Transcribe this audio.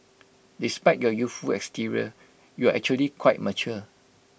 despite your youthful exterior you're actually quite mature